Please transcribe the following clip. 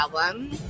album